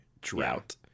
drought